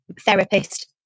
Therapist